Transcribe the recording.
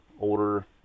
older